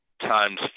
times